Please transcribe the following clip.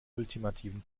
ultimativen